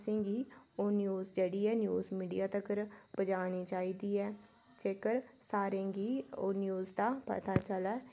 असेंगी ओह् न्यूज़ जेह्ड़ी ऐ न्यूज़ मीडिया तक्कर पजानी चाहिदी ऐ जेकर सारें गी ओह् न्यूज़ दा पता चलै